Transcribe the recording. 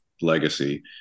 legacy